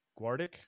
Guardic